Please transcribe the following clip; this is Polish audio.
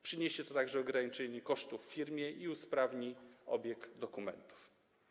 Przyniesie to także ograniczenie kosztów w firmie i usprawni obieg dokumentów.